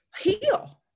heal